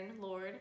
Lord